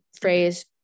phrase